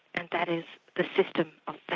and that is the system